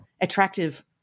attractive